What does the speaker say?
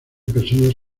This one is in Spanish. personas